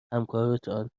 همکارتان